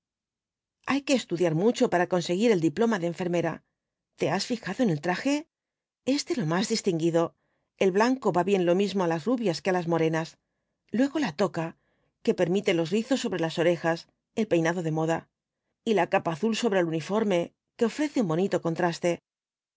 hay que estudiar mucho para conseguir el diploma de enfermera te has fijado en el traje es de lo más distinguido el blanco va bien lo mismo á las rubias que á las morenas luego la toca que permite los rizos sobre las orejas el peinado de moda y la capa azul sobre el uniforme que ofrece un bonito contraste